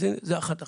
זה אחת מהחכות.